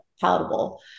palatable